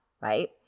right